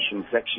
Section